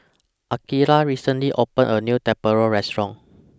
Akeelah recently opened A New Tempura Restaurant